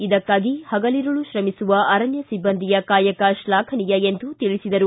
ಇದಕ್ಕಾಗಿ ಹಗಲಿರುಳು ಶ್ರಮಿಸುವ ಅರಣ್ಣ ಸಿಬ್ಲಂದಿಯ ಕಾಯಕ ಶ್ಲಾಫನೀಯ ಎಂದು ತಿಳಿಸಿದರು